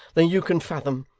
than you can fathom.